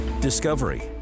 Discovery